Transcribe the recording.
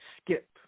skip